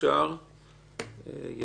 הצבעה בעד,